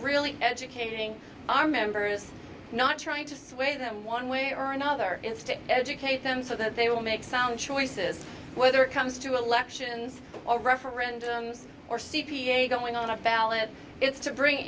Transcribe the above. really educating our members not trying to sway them one way or another instead educate them so that they will make sound choices whether it comes to elections or referendums or c p a going on a ballot it's to bring